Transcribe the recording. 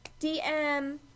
DM